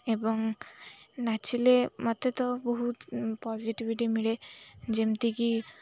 ଏବଂ ନାଚିଲେ ମୋତେ ତ ବହୁତ ପଜିଟିଭିଟି ମିଳେ ଯେମିତିକି